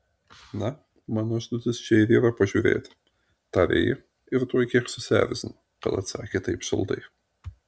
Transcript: na mano užduotis čia ir yra pažiūrėti tarė ji ir tuoj kiek susierzino kad atsakė taip šaltai